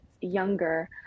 younger